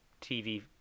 TV